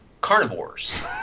carnivores